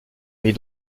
mit